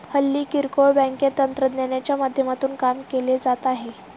हल्ली किरकोळ बँकेत तंत्रज्ञानाच्या माध्यमातून काम केले जात आहे